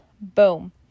boom